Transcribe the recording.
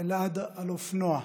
אלעד על אופנוע,